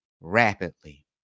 rapidly